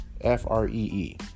F-R-E-E